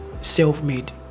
self-made